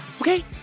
okay